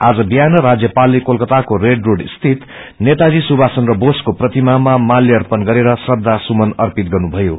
आज विहान राज्यपालले कोलकाताको रेड रोड स्थित नेताजी सुधाष चन्द्र बोसको प्रतिमामा मात्यार्पण गरेर श्रदा सुपन अर्पित गन्नुम्यो